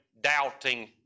doubting